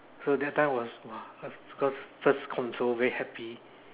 so that time was !wow! cause cause first console very happy